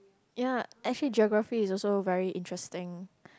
ya actually Geography is also very interesting